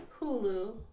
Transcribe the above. hulu